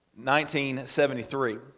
1973